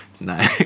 No